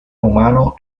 humano